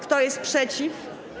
Kto jest przeciw?